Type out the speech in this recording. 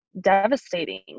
devastating